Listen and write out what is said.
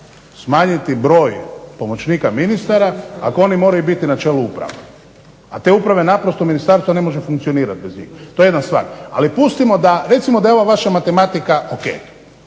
smanjiti broj pomoćnika ministara ako oni moraju biti na čelu uprava, a te uprave naprosto ministarstvo ne može funkcionirat bez njih. To je jedna stvar. Ali pustimo da, recimo da je ova vaša matematika o.k.